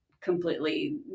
completely